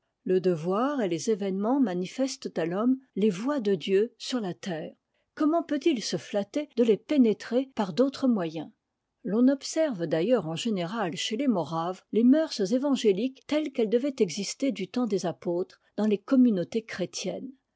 le devoir et les événements manifestent à l'homme les voies de dieu sur la terre comment peut-il se flatter de les pénétrer par d'autres moyens l'on observe d'ailleurs en général chez les moraves les mœurs évangéliques telles qu'elles devaient exister du temps des apôtres dans les communautés chrétiennes